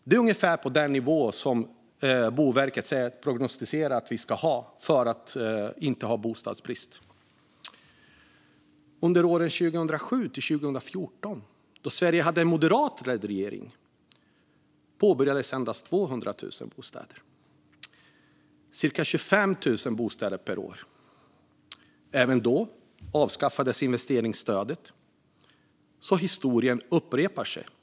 Det är ungefär den nivån Boverket har prognostiserat att vi ska ligga på för att inte ha bostadsbrist. Under 2007-2014, då Sverige hade moderatledda regeringar, påbörjades byggandet av endast 200 000 bostäder, cirka 25 000 bostäder per år. Även då avskaffades investeringsstödet. Historien upprepar sig alltså.